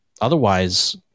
otherwise